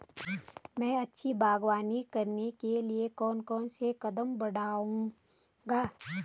मैं अच्छी बागवानी करने के लिए कौन कौन से कदम बढ़ाऊंगा?